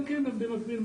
במקביל,